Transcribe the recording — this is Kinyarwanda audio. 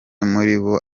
muribo